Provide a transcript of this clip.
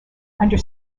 under